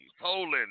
Poland